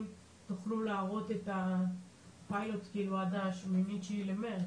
תוכלו להראות את הפיילוט עד ה-8-9 למרץ?